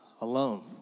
alone